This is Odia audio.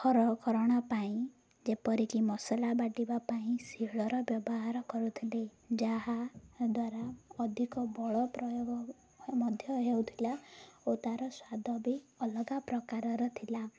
ଘରକରଣା ପାଇଁ ଯେପରିକି ମସଲା ବାଟିବା ପାଇଁ ଶିଳର ବ୍ୟବହାର କରୁଥିଲେ ଯାହାଦ୍ୱାରା ଅଧିକ ବଳ ପ୍ରୟୋଗ ମଧ୍ୟ ହେଉଥିଲା ଓ ତା'ର ସ୍ୱାଦ ବି ଅଲଗା ପ୍ରକାରର ଥିଲା